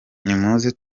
nimuze